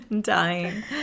dying